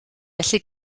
felly